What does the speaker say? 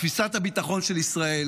תפיסת הביטחון של ישראל